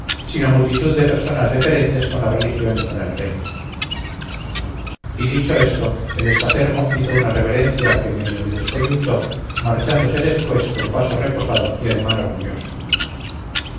jacobino sino multitud de personas deferentes con la religión y con el rey y dicho esto el estafermo hizo una reverencia que medio le descoyuntó marchándose después con paso reposado y ademán orgulloso